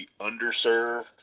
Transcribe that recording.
underserved